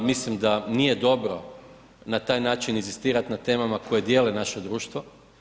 Mislim da nije dobro na taj način inzistirati na temema koje dijele naše društvo.